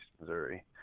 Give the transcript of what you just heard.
Missouri